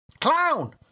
clown